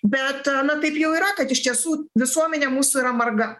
bet na taip jau yra kad iš tiesų visuomenė mūsų yra marga